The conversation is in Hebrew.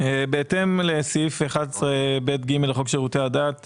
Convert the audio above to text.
בהתאם לסעיף 11ב(ג) לחוק שירותי הדת היהודי,